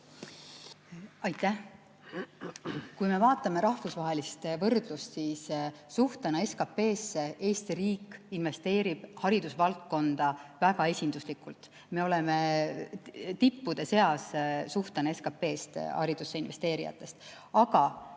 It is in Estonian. Aitäh! Kui me vaatame rahvusvahelist võrdlust, siis suhtena SKP‑sse Eesti riik investeerib haridusvaldkonda väga esinduslikult, me oleme suhtena SKP‑sse tippude seas haridusse investeerijatest. Aga